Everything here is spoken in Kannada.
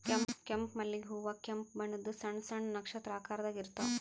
ಕೆಂಪ್ ಮಲ್ಲಿಗ್ ಹೂವಾ ಕೆಂಪ್ ಬಣ್ಣದ್ ಸಣ್ಣ್ ಸಣ್ಣು ನಕ್ಷತ್ರ ಆಕಾರದಾಗ್ ಇರ್ತವ್